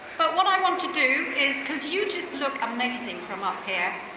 but what i want to do, is cause you just look amazing from up here,